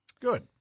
Good